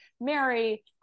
Mary